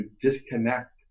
disconnect